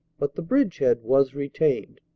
but the bridgehead was retained.